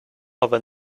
other